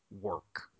work